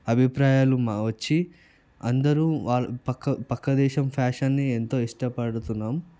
అభిప్రాయాలు మా వచ్చి అందరూ వాళ్ళ పక్క పక్క దేశం ఫ్యాషన్ని ఎంతో ఇష్టపడుతున్నాం